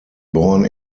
born